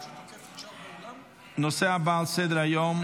הנושא הבא על סדר-היום,